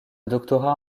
doctorat